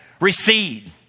Recede